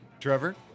Trevor